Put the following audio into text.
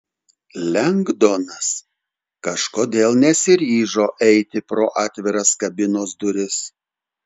lengdonas kažkodėl nesiryžo eiti pro atviras kabinos duris